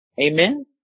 Amen